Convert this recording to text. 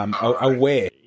aware